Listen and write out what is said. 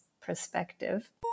perspective